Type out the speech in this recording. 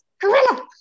gorilla